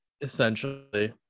Essentially